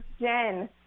Jen